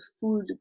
food